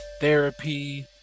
therapy